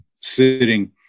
sitting